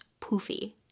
poofy